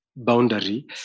boundary